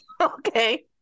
okay